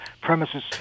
premises